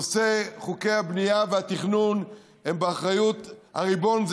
נושא חוקי הבנייה והתכנון הם באחריות הריבון,